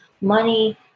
money